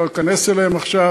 אני לא אכנס אליהם עכשיו,